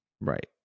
Right